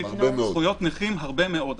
זכויות נכים הרבה מאוד.